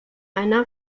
einer